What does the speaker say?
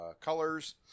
colors